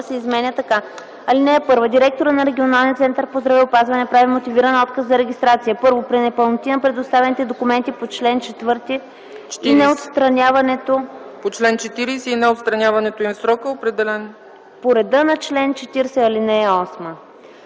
се изменя така: „(1) Директорът на регионалния център по здравеопазване прави мотивиран отказ за регистрация: 1. при непълноти на предоставените документи по чл. 40 и неотстраняването им в срока, определен по реда на чл. 40, ал.